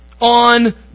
on